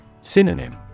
Synonym